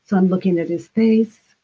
so i'm looking at his face,